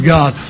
God